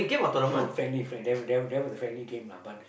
no friendly friend that that that was a friendly game lah but